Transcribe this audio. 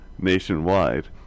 nationwide